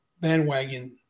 bandwagon